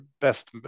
best